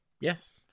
Yes